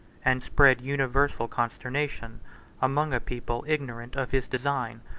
and spread universal consternation among a people ignorant of his design,